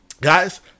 guys